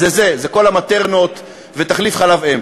זה זה, זה כל ה"מטרנות" ותחליפי חלב אם.